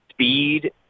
Speed